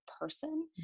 person